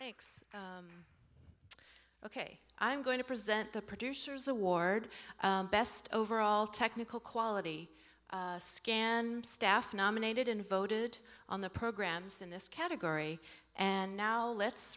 thanks ok i'm going to present the producers award best overall technical quality scan staff nominated and voted on the programs in this category and now let's